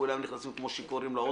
כולם נכנסים כמו שיכורים לאוטובוס,